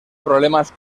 problemas